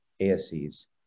ASCs